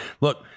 look